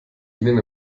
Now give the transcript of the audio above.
ihnen